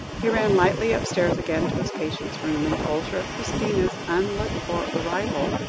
he ran lightly upstairs again to his patient's room, and told her of christina's unlooked-for arrival,